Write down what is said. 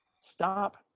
stop